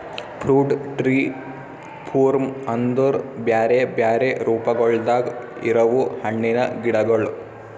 fruit tree form ಅಂದುರ್ ಬ್ಯಾರೆ ಬ್ಯಾರೆ ರೂಪಗೊಳ್ದಾಗ್ ಇರವು ಹಣ್ಣಿನ ಗಿಡಗೊಳ್